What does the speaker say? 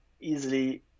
easily